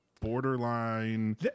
borderline